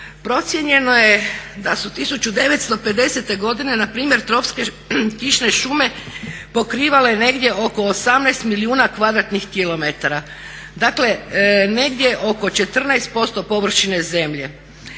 Procijenjeno je da su 1950. godine npr. tropske kišne šume pokrivale negdje oko 18 milijuna kvadratnih kilometara. Dakle negdje oko 14% površine zemlje.